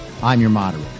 imyourmoderator